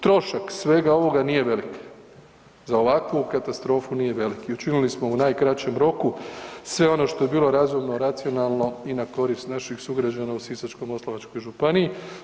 Trošak svega ovoga nije velik, za ovakvu katastrofu nije velik i učinili smo u najkraćem roku sve ono što je bilo razumno, racionalno i na korist naših sugrađana u Sisačko-moslavačkoj županiji.